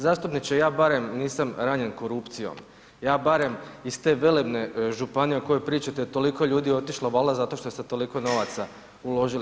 Zastupniče ja barem nisam ranjen korupcijom, ja barem iz te velebne županije o kojoj pričate je toliko ljudi otišlo valjda zato što ste toliko novaca uložili.